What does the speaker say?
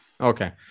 Okay